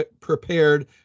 prepared